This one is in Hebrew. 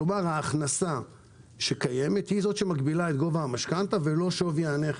כלומר ההכנסה שקיימת היא שמגבילה את גובה המשכנתה ולא שווי הנכס.